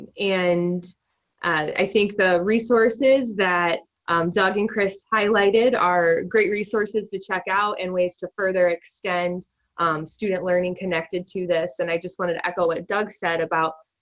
and and i think the resources that doug and kris highlighted are great resources to check out and ways to further extend student learning connected to this, this, and i just wanted to echo what doug said about